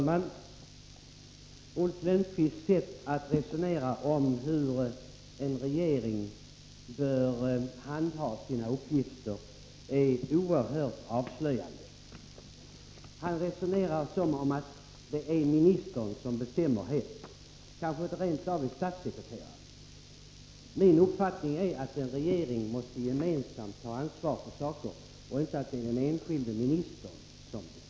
Fru talman! Ulf Lönnqvists sätt att resonera om hur en regering bör handha sina uppgifter är oerhört avslöjande. Han resonerar som om det är ministern som bestämmer, eller kanske rent av statssekreteraren. Min uppfattning är att en regering gemensamt måste ha ansvar för saker, och inte en enskild minister.